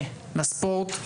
לספורט.